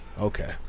okay